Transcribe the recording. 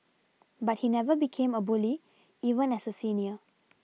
but he never became a bully even as a senior